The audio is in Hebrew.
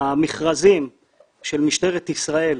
המכרזים של משטרת ישראל,